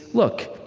look,